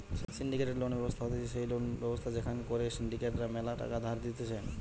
syndicated loan হতিছে সেই loan ব্যবস্থা যেখান করে সিন্ডিকেট রা ম্যালা টাকা ধার দিতেছে